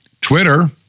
Twitter